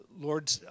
Lord